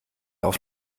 auf